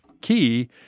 key